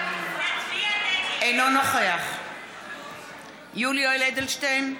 אינו נוכח יולי יואל אדלשטיין,